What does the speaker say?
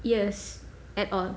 years at all